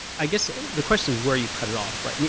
i guess the question is where you cut it off, right? i mean